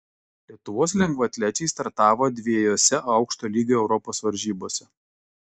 lietuvos lengvaatlečiai startavo dviejose aukšto lygio europos varžybose